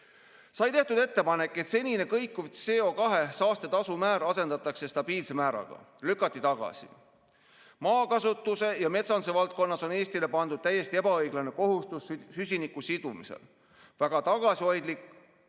Sai tehtud ettepanek, et senine kõikuv CO2saastetasu määr asendataks stabiilse määraga. See lükati tagasi. Maakasutuse ja metsanduse valdkonnas on Eestile pandud täiesti ebaõiglane kohustus süsiniku sidumisel. Väga tagasihoidlik